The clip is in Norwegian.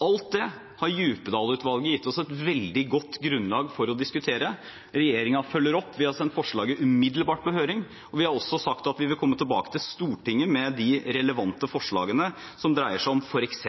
Alt det har Djupedal-utvalget gitt oss et veldig godt grunnlag for å diskutere. Regjeringen følger opp ved å sende forslaget umiddelbart på høring. Vi har også sagt at vi vil komme tilbake til Stortinget med de relevante forslagene som dreier seg om f.eks.